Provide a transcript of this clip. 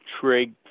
trig